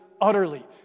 utterly